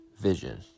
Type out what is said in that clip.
vision